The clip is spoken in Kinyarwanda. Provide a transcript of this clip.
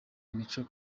imico